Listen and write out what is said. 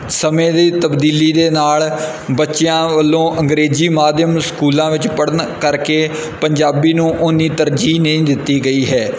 ਸਮੇਂ ਦੀ ਤਬਦੀਲੀ ਦੇ ਨਾਲ ਬੱਚਿਆਂ ਵੱਲੋਂ ਅੰਗਰੇਜ਼ੀ ਮਾਧਿਅਮ ਨੂੰ ਸਕੂਲਾਂ ਵਿਚ ਪੜ੍ਹਣ ਕਰਕੇ ਪੰਜਾਬੀ ਨੂੰ ਉੰਨੀ ਤਰਜੀਹ ਨਹੀਂ ਦਿੱਤੀ ਗਈ ਹੈ